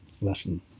lesson